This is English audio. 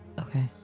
Okay